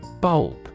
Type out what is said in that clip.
BULB